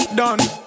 done